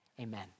Amen